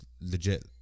Legit